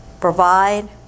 provide